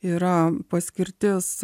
yra paskirtis